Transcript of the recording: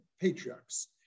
patriarchs